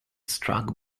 struck